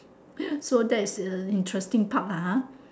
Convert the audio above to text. so that is a interesting part lah ah